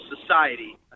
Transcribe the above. society